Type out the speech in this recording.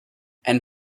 and